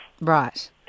Right